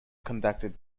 conducted